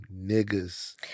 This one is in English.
niggas